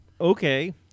okay